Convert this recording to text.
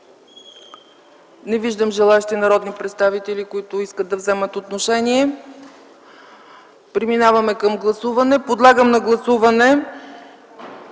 Не виждам желаещи народни представители, които искат да вземат отношение. Преминаваме към гласуване – подлагам на гласуване